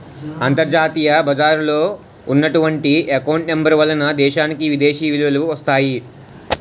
అంతర్జాతీయ బజారులో ఉన్నటువంటి ఎకౌంట్ నెంబర్ వలన దేశానికి విదేశీ నిలువలు వస్తాయి